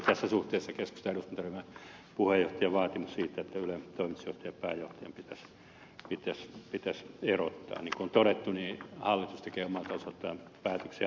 tässä suhteessa keskustan eduskuntaryhmän puheenjohtajan vaatimus siitä että ylen toimitusjohtaja pääjohtaja pitäisi erottaa niin kuin on todettu niin hallitus tekee omalta osaltaan päätöksiä ja toimitusjohtaja omalta osaltaan